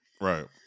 Right